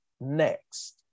next